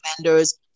vendors